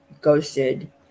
ghosted